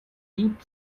deep